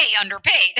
underpaid